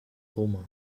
roma